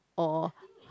or